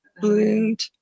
bloomed